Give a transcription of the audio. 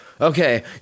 Okay